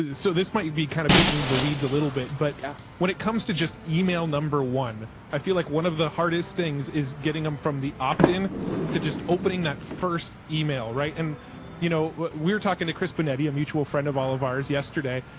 and so this might be kind of getting into the weeds a little bit, but yeah when it comes to just email number one, i feel like one of the hardest things is getting them from the opt-in to just opening that first email. right. and you know, w we're talking to chris benetti, a mutual friend of all of ours yesterday,